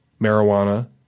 marijuana